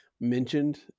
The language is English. mentioned